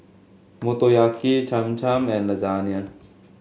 Motoyaki Cham Cham and Lasagne